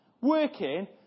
working